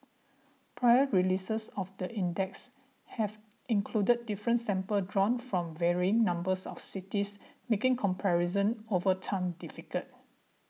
prior releases of the index have included different samples drawn from varying numbers of cities making comparison over time difficult